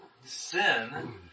Sin